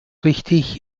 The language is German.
richtig